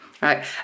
Right